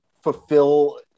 fulfill